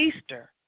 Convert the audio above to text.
Easter